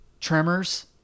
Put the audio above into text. tremors